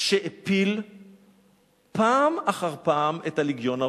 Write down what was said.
שהפיל פעם אחר פעם את הלגיון הרומי.